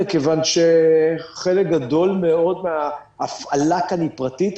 מכיוון שחלק גדול מאוד מההפעלה כאן היא פרטית,